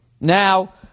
Now